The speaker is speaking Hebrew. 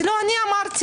זה לא אני אמרתי.